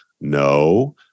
No